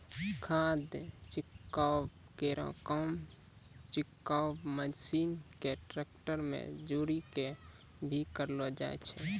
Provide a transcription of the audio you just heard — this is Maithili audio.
खाद छिड़काव केरो काम छिड़काव मसीन क ट्रेक्टर में जोरी कॅ भी करलो जाय छै